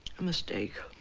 a mistake.